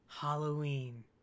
Halloween